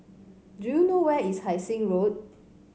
do you know where is Hai Sing Road